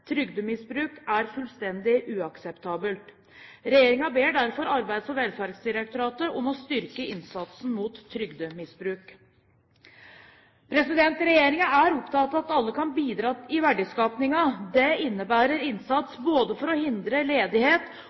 Trygdemisbruk er fullstendig uakseptabelt. Regjeringen ber derfor Arbeids- og velferdsdirektoratet om å styrke innsatsen mot trygdemisbruk. Regjeringen er opptatt av at alle kan bidra i verdiskapingen. Det innebærer innsats både for å hindre ledighet